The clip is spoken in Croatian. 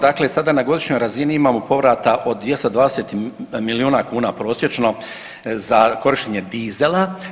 Dakle, sada na godišnjoj razini imamo povrata od 220 milijuna kuna prosječno za korištenje dizela.